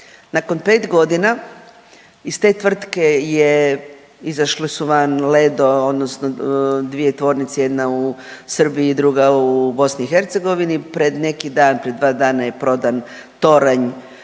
Nakon pet godina iz te tvrtke je, izašli su van Ledo, odnosno dvije tvornice jedna u Srbiji, druga u BiH. Pred neki dan, pred dva dana je prodan toranj